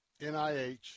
NIH